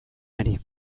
ari